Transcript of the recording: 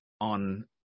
on